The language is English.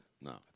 No